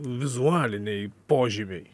vizualiniai požymiai